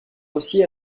aussi